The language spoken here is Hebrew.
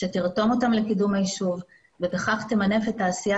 שתרתום אותם לקידום הישוב ובכך תמנף את העשייה